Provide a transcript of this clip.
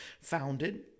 founded